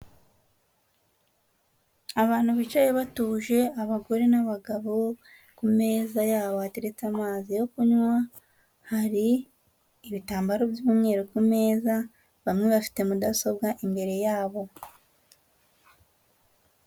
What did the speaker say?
Abantu bicaye batuje, abagore n'abagabo. Ku meza yabo bateretse amazi yo kunywa hari ibitambaro by'umweru kumeza bamwe, bafite mudasobwa imbere yabo.